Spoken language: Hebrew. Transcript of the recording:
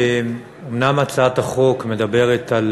היושב-ראש, תודה רבה, אומנם הצעת החוק מדברת על